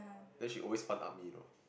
then she always one up me though